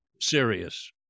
serious